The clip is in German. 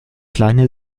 kleine